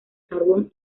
carbón